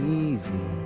easy